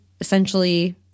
essentially